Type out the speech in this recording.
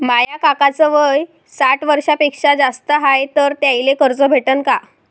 माया काकाच वय साठ वर्षांपेक्षा जास्त हाय तर त्याइले कर्ज भेटन का?